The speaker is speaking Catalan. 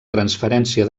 transferència